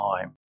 time